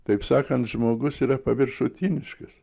taip sakant žmogus yra paviršutiniškas